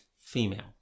female